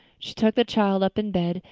she tucked the child up in bed,